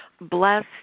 Bless